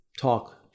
talk